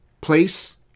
place